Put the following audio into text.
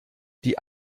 die